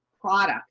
product